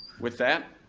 with that,